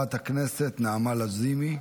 חברת הכנסת נעמה לזימי,